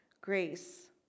grace